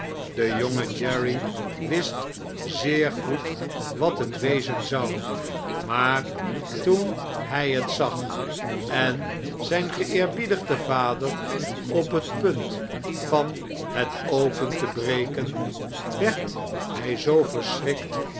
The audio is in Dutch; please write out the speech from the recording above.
de jonge jerry wist zeer goed wat het wezen zou maar toen hy het zag en zjj'n geeerbiedigde vader op het punt van het open te breken werd hy zoo